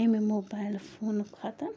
امہِ موبایِل فونہٕ کھۄتہٕ